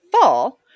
fall